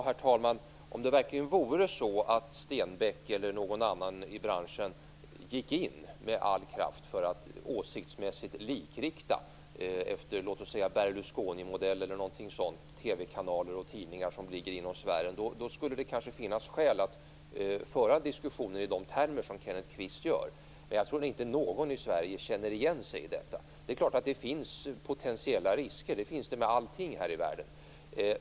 Herr talman! Om det verkligen vore så att Stenbeck eller någon annan i branschen med all kraft gick in för att åsiktsmässigt likrikta - låt oss säga efter Berlusconimodellen eller något sådant - TV-kanaler och tidningar som ligger inom sfären, då skulle det kanske finnas skäl att föra diskussioner i de termer som Kenneth Kvist gör. Men jag tror inte att någon i Sverige känner igen sig i detta. Det är klart att det finns potentiella risker, och det gör det med allting här i världen.